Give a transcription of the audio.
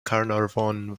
carnarvon